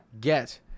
get